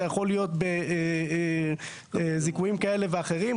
זה יכול להיות זיכויים כאלה ואחרים,